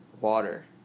Water